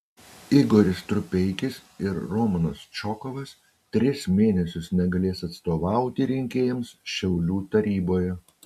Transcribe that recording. igoris strupeikis ir romanas čokovas tris mėnesius negalės atstovauti rinkėjams šiaulių taryboje